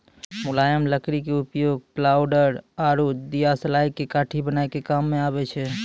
मुलायम लकड़ी के उपयोग प्लायउड आरो दियासलाई के काठी बनाय के काम मॅ आबै छै